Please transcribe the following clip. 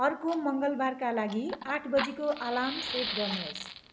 अर्को मङ्गलवारका लागि आठ बजीको अलार्म सेट गर्नुहोस्